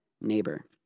neighbor